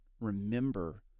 remember